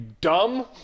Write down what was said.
dumb